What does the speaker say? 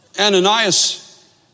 Ananias